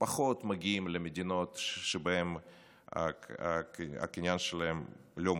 פחות מגיעים למדינות שבהן הקניין שלהם לא מוגן,